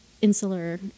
Insular